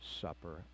supper